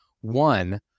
One